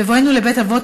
בבואנו לבית אבות,